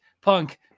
Punk